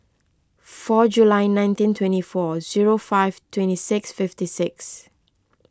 four July nineteen twenty four zero five twenty six fifty six